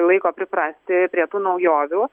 laiko priprasti prie tų naujovių